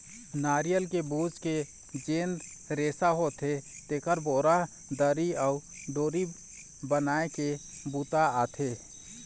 नरियर के बूच के जेन रेसा होथे तेखर बोरा, दरी अउ डोरी बनाए के बूता आथे